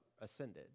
ascended